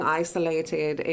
isolated